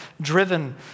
driven